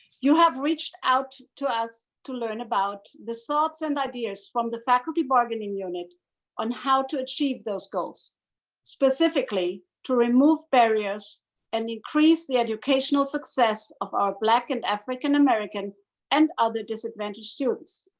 you have reached out to us to learn about the thoughts and ideas from the faculty bargaining unit on how to achieve those goals specifically to remove barriers and increase the educational success of our black and african-american and other disadvantaged students.